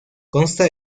consta